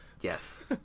Yes